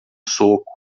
soco